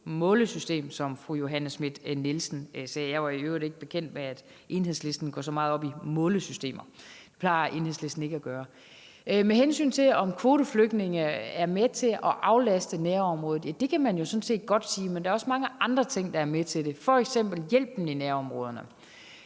målesystem, som fru Johanne Schmidt-Nielsen sagde. Jeg var i øvrigt ikke bekendt med, at Enhedslisten går så meget op i målesystemer; det plejer Enhedslisten ikke at gøre. Med hensyn til om kvoteflygtninge er med til at aflaste nærområderne, vil jeg sige, at det kan man jo sådan set godt sige, men der er også mange andre ting, der er med til det, f.eks. hjælpen i nærområderne.